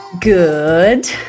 good